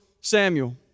Samuel